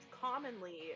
Commonly